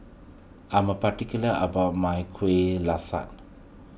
I'm particular about my Kueh Lasat